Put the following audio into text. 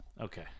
okay